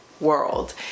world